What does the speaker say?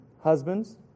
husbands